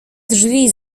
drzwi